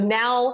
now